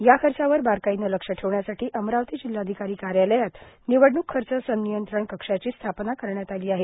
या खर्चावर बारकाईने लक्ष ठेवण्यासाठी अमरावती जिल्हाधिकारी कार्यालयात निवडणूक खर्च सनियंत्रण कक्षाची स्थापना करण्यात आली आहे